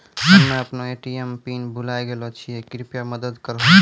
हम्मे अपनो ATM PIN भुलाय गेलो छियै, कृपया मदत करहो